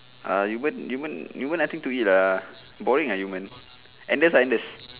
ah yumen yumen yumen nothing to eat ah boring ah Andes sign the